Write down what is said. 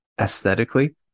Aesthetically